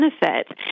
benefit